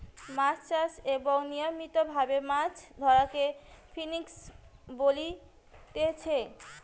মাছ চাষ এবং নিয়মিত ভাবে মাছ ধরাকে ফিসিং বলতিচ্ছে